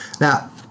Now